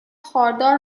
خاردار